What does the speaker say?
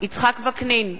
יצחק וקנין,